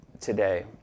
today